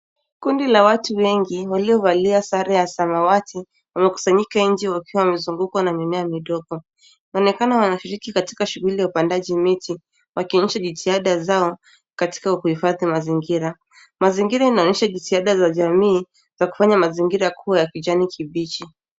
Kundi la watu wengi waliovalia sare za mawatani wamekusanyika nje, wakiwa na misumeno na mimea midogo. Wanaonekana wakishiriki katika shughuli ya upandaji miti, wakionyesha jitihada zao katika kuhifadhi mazingira. Mazingira yanaonyesha jitihada za jamii za kufanya mazingira yawe ya kijani kibichi.